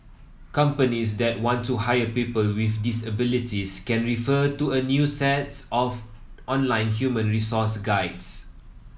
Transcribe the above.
companies that want to hire people with disabilities can refer to a new sets of online human resource guides